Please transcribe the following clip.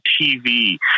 TV